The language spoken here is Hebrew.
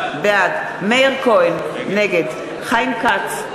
בעד מאיר כהן, נגד חיים כץ,